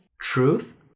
truth